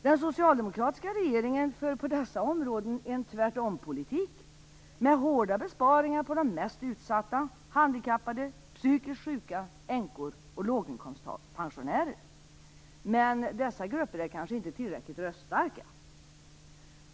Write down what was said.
Den socialdemokratiska regeringen för på dessa områden en "tvärtompolitik" med hårda besparingar för de mest utsatta, handikappade, psykiskt sjuka, änkor och låginkomstpensionärer. Men dessa grupper är kanske inte tillräckligt röststarka?